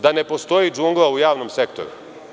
Da ne postoji džungla u javnom sektoru?